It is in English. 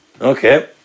okay